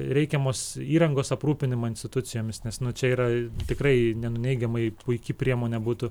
reikiamos įrangos aprūpinimą institucijomis nes nu čia yra tikrai nenuneigiamai puiki priemonė būtų